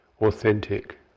authentic